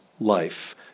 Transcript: life